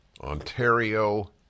Ontario